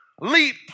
leap